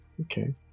okay